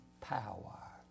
power